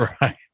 right